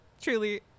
Truly